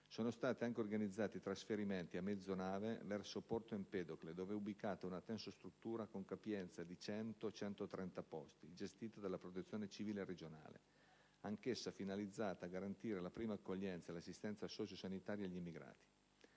Sono stati anche organizzati trasferimenti a mezzo nave verso Porto Empedocle, dove è ubicata una tensostruttura con una capienza di 100-130 posti - gestita dalla Protezione civile regionale - anch'essa finalizzata a garantire la prima accoglienza e l'assistenza sociosanitaria agli immigrati.